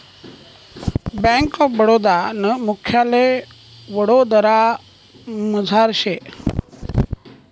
bank of Baroda नं मुख्यालय वडोदरामझार शे